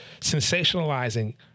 sensationalizing